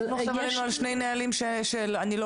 אבל --- מדובר על שני נהלים שאני לא